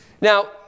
Now